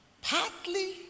partly